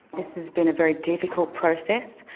this has been a very difficult process.